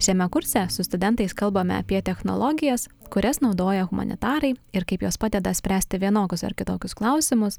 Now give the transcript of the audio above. šiame kurse su studentais kalbame apie technologijas kurias naudoja humanitarai ir kaip jos padeda spręsti vienokius ar kitokius klausimus